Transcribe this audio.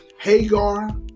Hagar